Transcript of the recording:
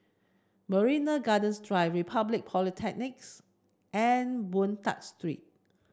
Marina Gardens Drive Republic Polytechnics and Boon Tat Street